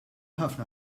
ħafna